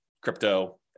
crypto